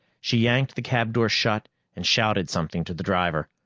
she yanked the cab door shut and shouted something to the driver.